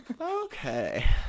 Okay